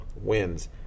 wins